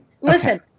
Listen